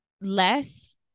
less